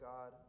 God